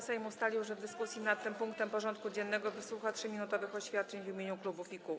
Sejm ustalił, że w dyskusji nad tym punktem porządku dziennego wysłucha 3-minutowych oświadczeń w imieniu klubów i kół.